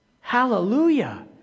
Hallelujah